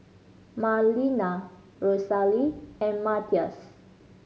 Marlena Rosalee and Mathias